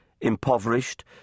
Impoverished